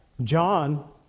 John